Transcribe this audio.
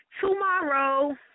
tomorrow